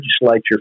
legislature